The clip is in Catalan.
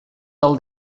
del